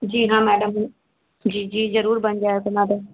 जी हाँ मैडम जी जी ज़रूर बन जाएगा मैडम